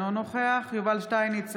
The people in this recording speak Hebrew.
אינו נוכח יובל שטייניץ,